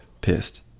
pissed